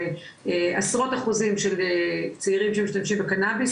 עשרות אחוזים של צעירים שמשתמשים בקנביס,